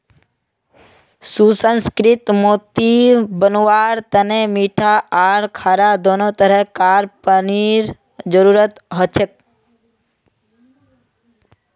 सुसंस्कृत मोती बनव्वार तने मीठा आर खारा दोनों तरह कार पानीर जरुरत हछेक